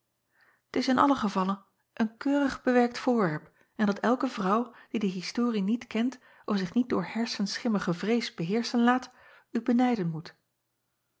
t is in allen gevalle een keurig bewerkt voorwerp en dat elke vrouw die de historie niet kent of zich niet door hersenschimmige vrees beheerschen laat u benijden moet